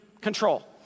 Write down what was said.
control